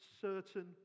certain